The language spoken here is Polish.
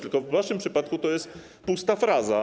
Tylko w waszym przypadku to jest pusta fraza.